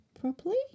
properly